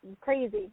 crazy